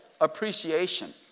appreciation